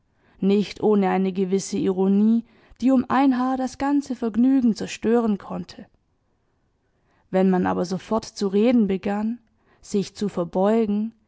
nicht ohne eine gewisse ironie die um ein haar das ganze vergnügen zerstören konnte wenn man aber sofort zu reden begann sich zu verbeugen